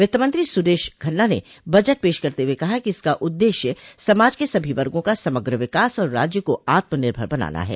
वित्तमंत्री सुरेश खन्ना ने बजट पेश करते हुए कहा कि इसका उद्देश्य समाज के सभी वर्गों का समग्र विकास और राज्य को आत्मनिर्भर बनाना है